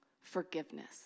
forgiveness